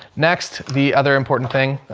next, the other important thing, ah,